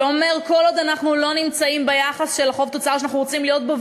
שאומר: כל עוד אנחנו לא נמצאים ביחס של חוב תוצר שאנחנו רוצים להיות בו,